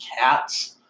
cats